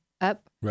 up